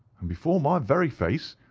and before my very face,